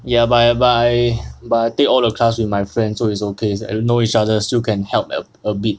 ya but I but I but I take all the class with my friends so we know each other still can help a bit